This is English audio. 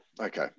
Okay